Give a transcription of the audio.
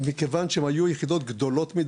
היחידות,